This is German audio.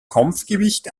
kampfgewicht